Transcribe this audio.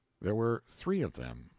there were three of them.